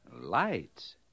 Lights